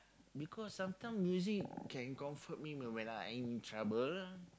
because sometime music can comfort me when I in trouble